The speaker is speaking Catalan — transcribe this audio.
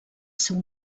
seu